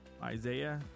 Isaiah